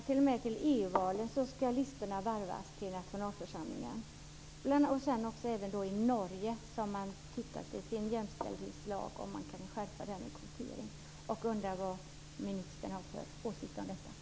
T.o.m. ska listorna till EU valen och nationalförsamlingen varvas. Även i Norge har man sett över om man i jämställdhetslagen kan skärpa kvoteringen. Jag undrar vad ministern har för åsikt om detta.